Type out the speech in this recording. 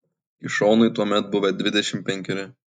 kišonui tuomet buvę dvidešimt penkeri